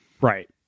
right